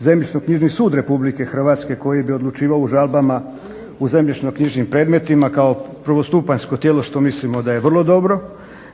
zemljišno-knjižni sud RH koji bi odlučivao u žalbama u zemljišno-knjižnim predmetima kao prvostupanjsko tijelo što mislimo da je vrlo dobro.